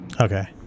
Okay